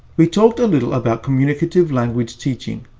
we talked a little about communicative language teaching.